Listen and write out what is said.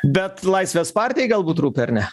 bet laisvės partijai galbūt rūpi ar ne